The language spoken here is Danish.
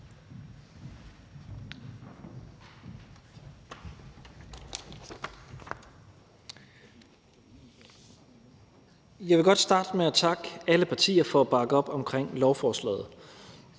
Jeg vil godt starte med at takke alle partier for at bakke op omkring lovforslaget.